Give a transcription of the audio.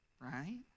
Right